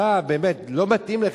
אתה, באמת,